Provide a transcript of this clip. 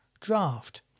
draft